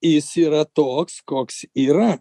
jis yra toks koks yra